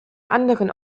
anderen